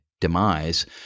demise